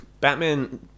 Batman